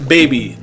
Baby